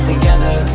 Together